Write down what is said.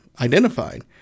identified